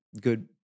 good